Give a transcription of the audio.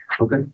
Okay